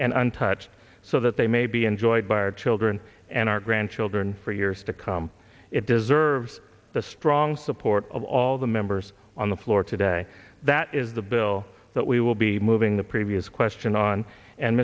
and untouched so that they may be enjoyed by our children and our grandchildren for years to come it deserves the strong support of all the members on the floor today that is the bill that we will be moving the previous question on and